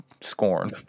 Scorn